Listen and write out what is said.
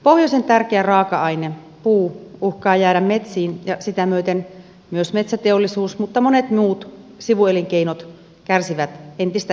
pohjoisen tärkeä raaka aine puu uhkaa jäädä metsiin ja sitä myöten myös metsäteollisuus mutta monet muut sivuelinkeinot kärsivät entistä enemmän